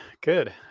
Good